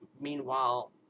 meanwhile